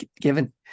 given